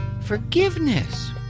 Forgiveness